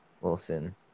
Wilson